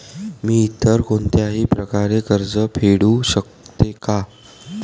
मी इतर कोणत्याही प्रकारे कर्ज फेडू शकते का?